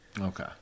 Okay